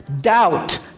Doubt